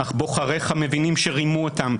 אך בוחריך מבינים שרימו אותם,